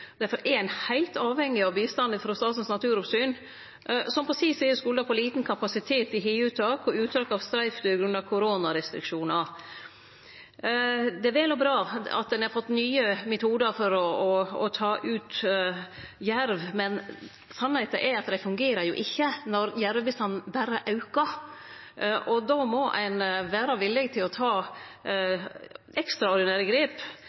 er ein heilt avhengig av bistand frå Statens naturoppsyn, som på si side skuldar på liten kapasitet i hiuttak og uttak av streifdyr grunna koronarestriksjonar. Det er vel og bra at ein har fått nye metodar for å ta ut jerv, men sanninga er at det fungerer ikkje når jervebestanden berre aukar. Då må ein vere villig til å ta ekstraordinære grep.